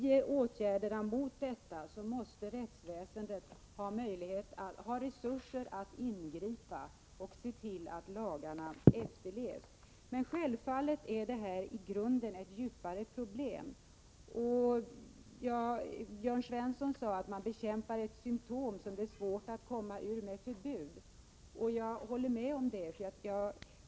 I åtgärderna mot detta måste rättsväsendet ha resurser att ingripa och se till att lagarna efterlevs. Men självfallet är det här i grunden ett djupare problem. Jörn Svensson sade att man bekämpar ett symtom som det är svårt att komma ur med förbud. Jag håller med om det.